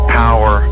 power